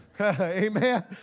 Amen